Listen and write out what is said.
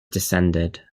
descended